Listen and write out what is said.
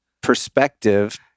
perspective